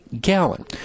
gallon